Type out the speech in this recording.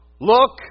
look